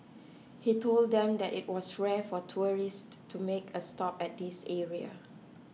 he told them that it was rare for tourists to make a stop at this area